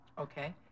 Okay